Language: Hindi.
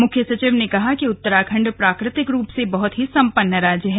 मुख्य सचिव ने कहा कि उत्तराखण्ड प्राकृतिक रूप से बहुत ही सम्पन्न राज्य है